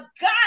god